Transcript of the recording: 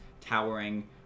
towering